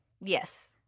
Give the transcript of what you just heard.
Yes